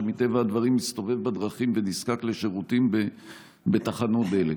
שמטבע הדברים הסתובב בדרכים ונזקק לשירותים בתחנות דלק.